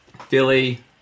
Philly